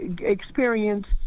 experience